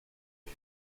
jej